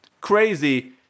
crazy